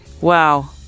Wow